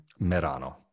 Merano